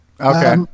Okay